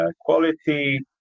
quality